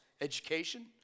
education